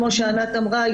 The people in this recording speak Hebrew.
כפי שענת אמרה,